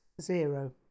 zero